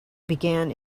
began